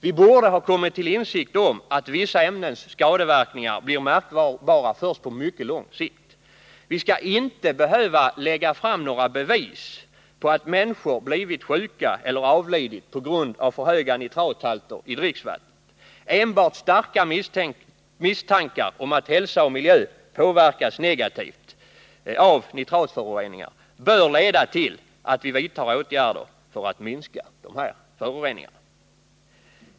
Vi borde ha kommit till insikt om att vissa ämnens skadeverkningar blir märkbara först på mycket lång sikt. Vi skall inte behöva lägga fram några bevis på att människor blivit sjuka eller avlidit på grund av för höga nitrathalter i dricksvattnet. Enbart starka misstankar om att hälsa och miljö påverkas negativt av nitratföroreningar bör leda till att vi vidtar åtgärder för att minska dessa föroreningar.